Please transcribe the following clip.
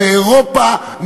מאירופה,